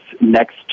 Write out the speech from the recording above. next